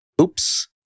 oops